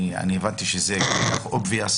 הבנתי שזה ברור,